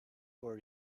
for